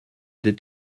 des